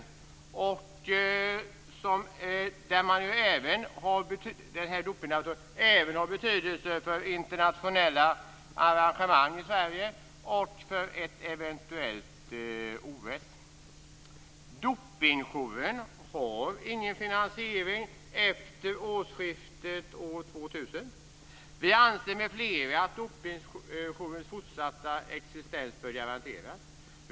Dopinglaboratoriet har ju även betydelse för internationella arrangemang i Sverige och för ett eventuellt Dopingjouren har ingen finansiering efter årsskiftet 1999/2000. Vi, med flera, anser att Dopingjourens fortsatta existens bör garanteras.